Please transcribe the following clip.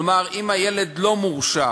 כלומר אם הילד לא מורשע,